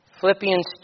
Philippians